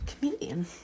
comedian